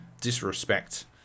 disrespect